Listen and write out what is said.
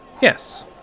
Yes